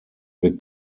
wir